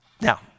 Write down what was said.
Now